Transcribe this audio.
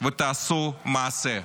ותעשו מעשה.